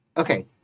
Okay